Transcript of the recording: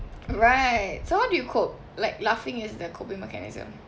right so how do you cope like laughing is the coping mechanism